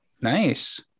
Nice